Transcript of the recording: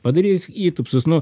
padarys įtūpstus nu